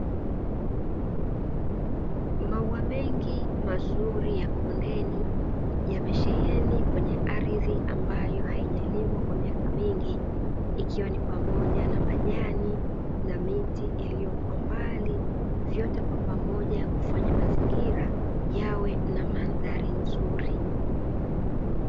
Maua mengi mazuri ya kondeni yamesheheni kwenye ardhi ambayo haijalimwa kwa miaka mingi, ikiwa ni pamoja na majani na miti iliyo kwa mbali, vyote kwa pamoja kufanya mazingira yawe na mandhari nzuri.